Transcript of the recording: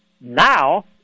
now